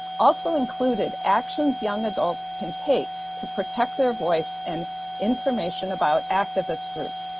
also included actions young adults can take to protect their voice and information about activist groups.